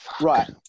right